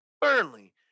Burnley